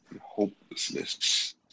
hopelessness